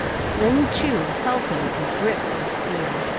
but ling chu held him in a grip of steel.